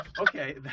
okay